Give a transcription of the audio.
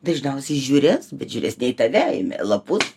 dažniausiai žiūrės bet žiūrės ne į tave lapus